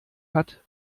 hat